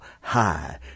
high